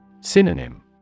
Synonym